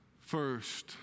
First